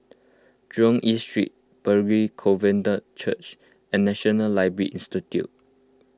Jurong East Street Pilgrim Covenant Church and National Library Institute